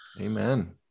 Amen